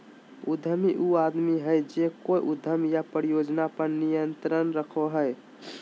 उद्यमी उ आदमी हइ जे कोय उद्यम या परियोजना पर नियंत्रण रखो हइ